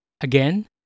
Again